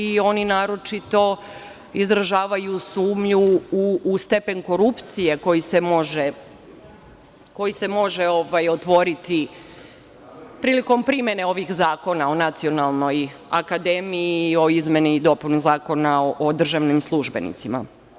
Oni naročito izražavaju sumnju u stepen korupcije koji se može otvoriti prilikom primene ovih zakona o Nacionalnoj akademiji i o izmeni i dopuni Zakona o državnim službenicima.